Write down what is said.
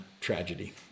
tragedy